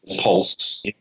pulse